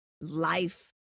life